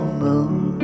moon